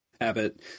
habit